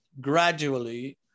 gradually